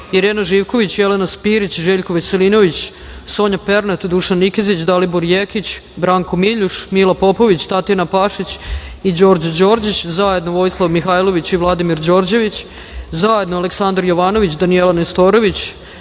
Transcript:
Irena Živković, Jelena Spirić, Željko Veselinović, Solja Pernat, Dušan Nikezić, Dalibor Jekić, Branko Miljuš, Mila Popović, Tatjana Pašić i Đorđe Đorđić; zajedno Vojislav Mihajlović i Vladimir Đorđević; zajedno Aleksandar Jovanović, Danijela Nestorović,